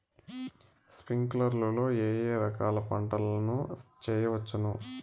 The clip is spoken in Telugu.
స్ప్రింక్లర్లు లో ఏ ఏ రకాల పంటల ను చేయవచ్చును?